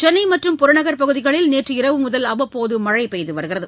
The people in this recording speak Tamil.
சென்னை மற்றும் புறநகள் பகுதிகளில் நேற்று இரவுமுதல் அவ்வப்போது மழை பெய்துவருகிறது